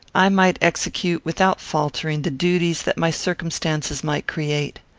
i might execute, without faltering, the duties that my circumstances might create.